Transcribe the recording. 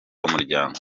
umuryango